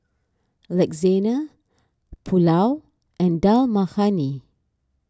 Lasagna Pulao and Dal Makhani